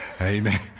Amen